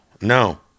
no